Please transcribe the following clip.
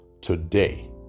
today